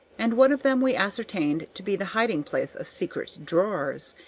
and one of them we ascertained to be the hiding-place of secret drawers,